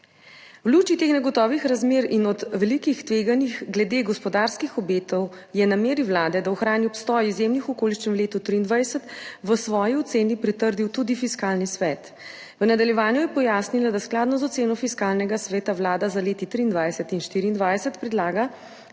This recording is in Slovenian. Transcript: V luči teh negotovih razmer in ob velikih tveganjih glede gospodarskih obetov je nameri Vlade, da ohrani obstoj izjemnih okoliščin v letu 2023, v svoji oceni pritrdil tudi Fiskalni svet. V nadaljevanju je pojasnila, da skladno z oceno Fiskalnega sveta Vlada za leti 2023 in 2024 predlaga